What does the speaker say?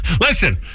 Listen